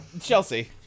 Chelsea